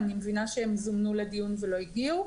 אני מבינה שהם זומנו לדיון ולא הגיעו,